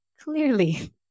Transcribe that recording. Clearly